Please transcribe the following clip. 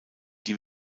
die